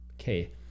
Okay